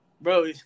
Bro